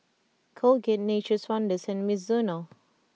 Colgate Nature's Wonders and Mizuno